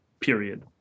period